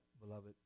beloved